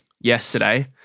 yesterday